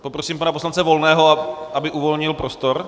Prosím pana poslance Volného, aby uvolnil prostor.